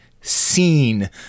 seen